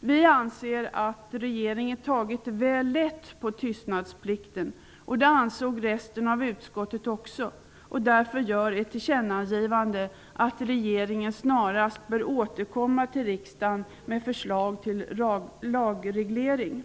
Vi anser att regeringen tagit väl lätt på tystnadsplikten. Det ansåg resten av utskottet också. Därför gör man ett tillkännagivande att regeringen snarast bör återkomma till riksdagen med ett förslag till lagreglering.